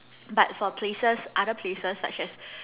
but for places other places such as